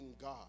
God